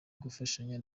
gufashanya